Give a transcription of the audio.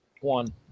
one